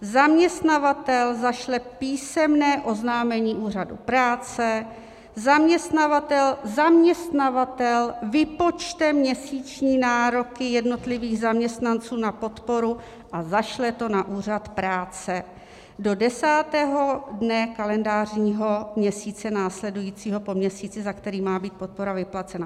Zaměstnavatel zašle písemné oznámení Úřadu práce, zaměstnavatel zaměstnavatel vypočte měsíční nároky jednotlivých zaměstnanců na podporu a zašle to na Úřad práce do desátého dne kalendářního dne měsíce následujícího po měsíci, za který má být podpora vyplacena.